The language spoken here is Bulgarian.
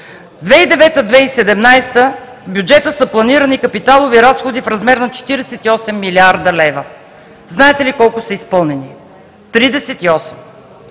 2017 г. в бюджета са планирани капиталови разходи в размер на 48 млрд. лв. Знаете ли колко са изпълнени?